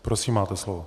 Prosím, máte slovo.